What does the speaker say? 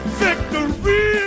victory